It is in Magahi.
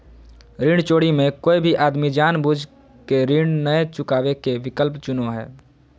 ऋण चोरी मे कोय भी आदमी जानबूझ केऋण नय चुकावे के विकल्प चुनो हय